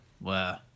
Wow